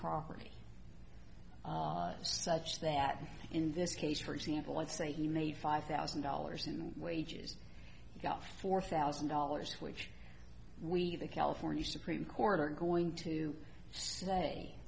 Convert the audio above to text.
property such that in this case for example let's say you made five thousand dollars in wages you got four thousand dollars which we the california supreme court are going to say